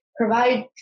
Provide